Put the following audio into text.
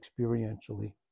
experientially